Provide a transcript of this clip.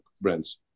brands